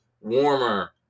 warmer